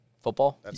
football